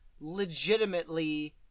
legitimately